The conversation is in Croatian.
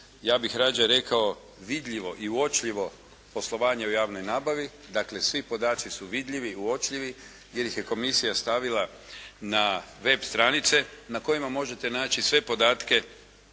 ja bih radije rekao vidljivo i uočljivo poslovanje u javnoj nabavi. Dakle, svi podaci su vidljivi, uočljivi jer ih je Komisija stavila na web stranice na kojima možete naći sve podatke